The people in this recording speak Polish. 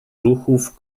ruchów